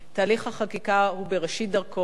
תהליך החקיקה הוא בראשית דרכו.